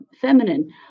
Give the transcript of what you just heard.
Feminine